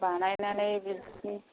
बानायनानै बिदिनो